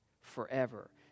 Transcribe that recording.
forever